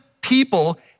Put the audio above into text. people